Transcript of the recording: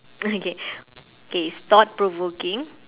okay okay it's thought provoking